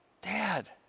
Dad